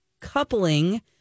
coupling